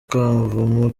kavumu